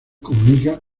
comunica